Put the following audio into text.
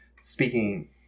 speaking